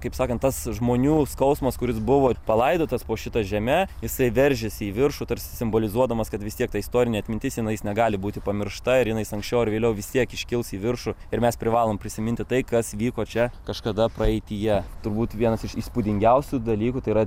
kaip sakant tas žmonių skausmas kuris buvo palaidotas po šita žeme jisai veržiasi į viršų tarsi simbolizuodamas kad vis tiek ta istorinė atmintisjinai na jis negali būti pamiršta ir jinais anksčiau ar vėliau vis tiek iškils į viršų ir mes privalom prisiminti tai kas vyko čia kažkada praeityje turbūt vienas iš įspūdingiausių dalykų tai yra